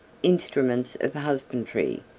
instruments of husbandry,